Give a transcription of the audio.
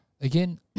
again